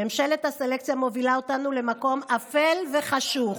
ממשלת הסלקציה מובילה אותנו למקום אפל וחשוך.